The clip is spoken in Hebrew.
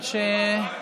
אדוני היושב-ראש,